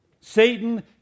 Satan